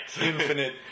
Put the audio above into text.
infinite